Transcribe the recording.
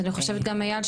אז אני חושבת איל,